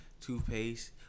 toothpaste